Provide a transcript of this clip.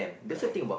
correct